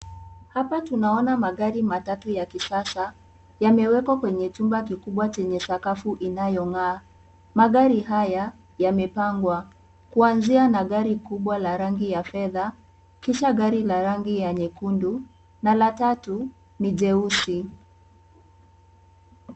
Hapa tunaona magari, matatu ya kisasa, yamewekwa kwenye chumba kikubwa chenye sakafu inayong'aa. Magari haya, yamepangwa, kuanzia na gari kubwa la rangi ya fedha, kisha gari la rangi ya nyekundu na la tatu ni jeusi.